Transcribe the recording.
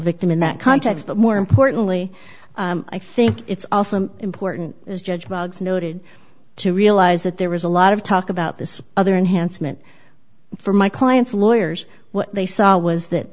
victim in that context but more importantly i think it's also important as judge boggs noted to realize that there was a lot of talk about this other enhanced meant for my clients lawyers what they saw was that